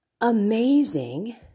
amazing